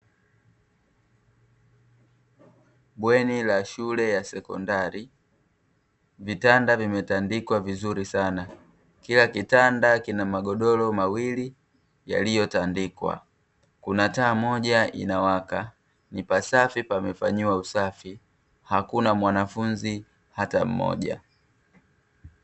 Bweni la shule ya sekondari, vitanda vimetandikwa vizuri sana, kila kitanda kina magodoro mawili yaliyotandikwa, kuna taa moja inawaka, ni pasafi pamefanyiwa usafi, hakuna mwanafunzi hata mmoja.